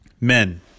men